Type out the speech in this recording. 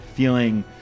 feeling